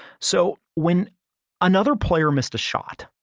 so, when another player missed a shot,